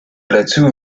plateau